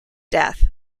death